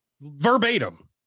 Verbatim